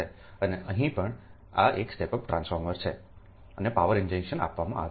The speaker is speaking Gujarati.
અને અહીં પણ આ એક સ્ટેપ અપ ટ્રાન્સફોર્મર છે અને પાવર ઇન્જેક્શન આપવામાં આવ્યું છે